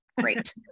great